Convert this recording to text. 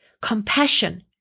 compassion